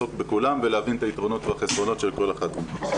ולעסוק בכולן ולהבין את היתרונות והחסרונות של כל אחת מהן.